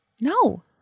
No